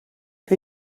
què